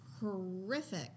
horrific